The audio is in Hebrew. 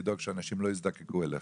לדאוג שאנשים לא יזדקקו לך.